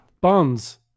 bonds